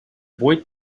boy